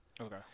Okay